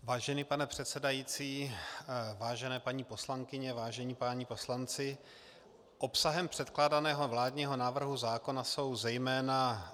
Vážený pane předsedající, vážené paní poslankyně, vážení páni poslanci, obsahem předkládaného vládního návrhu zákona jsou zejména: